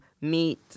meet